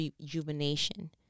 rejuvenation